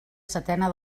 setena